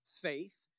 faith